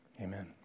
Amen